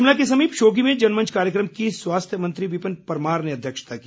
शिमला के समीप शोधी में जनमंच कार्यक्रम की स्वास्थ्य मंत्री विपिन परमार ने अध्यक्षता की